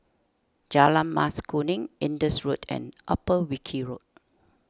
Jalan Mas Kuning Indus Road and Upper Wilkie Road